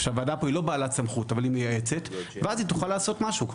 הוועדה פה היא לא בעלת סמכות אבל היא מייעצת והיא תוכל לעשות משהו.